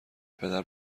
پدر